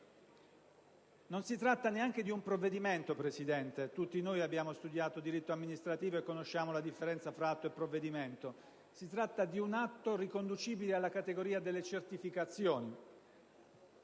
Non è neanche un provvedimento, Presidente: tutti noi abbiamo studiato diritto amministrativo e conosciamo la differenza tra atto e provvedimento. Si tratta di un atto riconducibile alla categoria delle certificazioni.